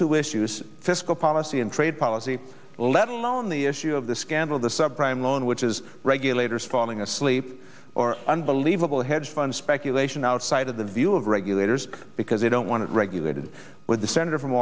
two issues fiscal policy and trade policy let alone the issue of the scandal the sub prime loan which is regulators falling asleep or unbelievable hedge fund speculation outside of the view of regulators because they don't want it regulated with the senator from